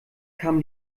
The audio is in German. kam